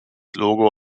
logo